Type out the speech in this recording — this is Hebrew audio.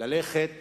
ללכת